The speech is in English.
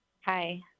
Hi